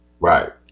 right